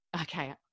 okay